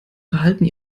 verhalten